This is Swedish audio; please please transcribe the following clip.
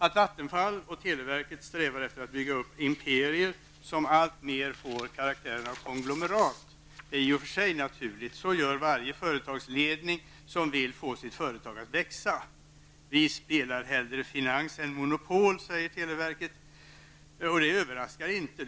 Att Vattenfall och televerket strävar efter att bygga upp imperier som alltmer får karaktären av konglomerat är i och för sig naturligt. Så gör varje företagsledning som vill få sitt företag att växa. ''Vi spelar hellre finans än monopol'', förkunnade televerket, och det överraskar inte.